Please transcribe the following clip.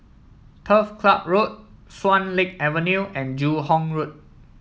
Turf Club Road Swan Lake Avenue and Joo Hong Road